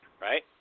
Right